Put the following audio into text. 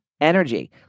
energy